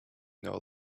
know